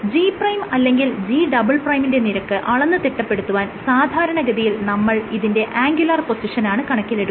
G' അല്ലെങ്കിൽ G" ന്റെ നിരക്ക് അളന്ന് തിട്ടപ്പെടുത്താൻ സാധാരണഗതിയിൽ നമ്മൾ ഇതിന്റെ ആംഗുലർ പൊസിഷനാണ് കണക്കിലെടുക്കുന്നത്